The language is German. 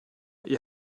ihr